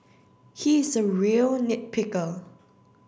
he is a real nit picker